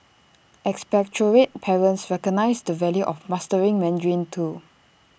expatriate parents recognise the value of mastering Mandarin too